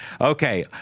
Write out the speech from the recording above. Okay